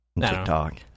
TikTok